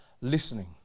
listening